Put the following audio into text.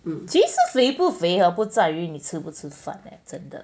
orh 其实肥不肥不在于你吃不吃饭 leh 真的